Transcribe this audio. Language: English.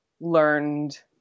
learned